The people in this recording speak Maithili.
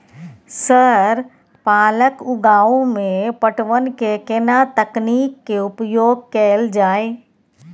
सर पालक उगाव में पटवन के केना तकनीक के उपयोग कैल जाए?